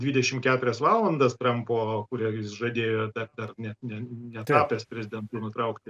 dvidešim keturias valandas trampo kurią jis žadėjo dar per net ne netapęs prezidentu nutraukti